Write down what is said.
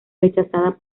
rechazada